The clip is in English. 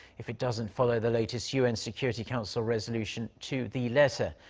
if it doesn't follow the latest un security council resolution to the letter.